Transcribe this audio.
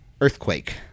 Earthquake